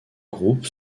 groupe